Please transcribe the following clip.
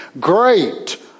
Great